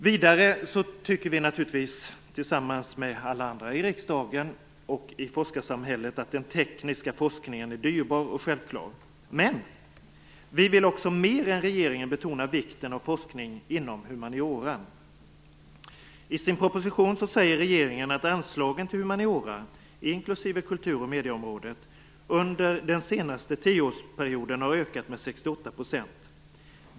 Vidare tycker vi naturligtvis, tillsammans med alla andra i riksdagen och i forskarsamhället, att den tekniska forskningen är dyrbar och självklar. Men vi vill också mer än regeringen betona vikten av forskning inom humaniora. I sin proposition säger regeringen att anslagen till humaniora, inklusive kultur och medieområdet, under den senaste tioårsperioden har ökat med 68 %.